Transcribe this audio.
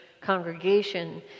congregation